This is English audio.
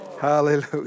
Hallelujah